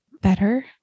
better